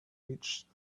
reach